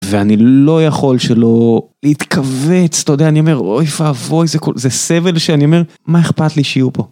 ואני לא יכול שלא להתכווץ, אתה יודע, אני אומר, אוי ואבוי, זה כל, זה סבל שאני אומר, מה אכפת לי שיהיו פה?